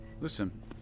Listen